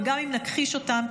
וגם אם נכחיש אותם,